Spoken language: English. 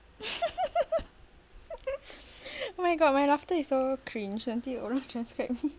oh my god my laughter is so cringe nanti orang transcribe